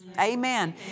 Amen